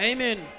Amen